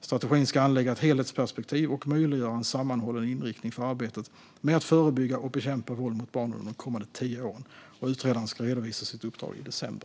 Strategin ska anlägga ett helhetsperspektiv och möjliggöra en sammanhållen inriktning för arbetet med att förebygga och bekämpa våld mot barn under de kommande tio åren. Utredaren ska redovisa sitt uppdrag i december.